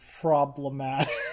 problematic